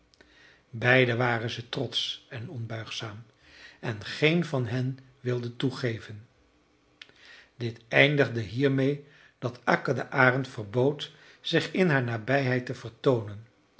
beiden waren ze trotsch en onbuigzaam en geen van hen wilde toegeven dit eindigde hiermee dat akka den arend verbood zich in haar nabijheid te vertoonen